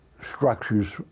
structures